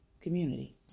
community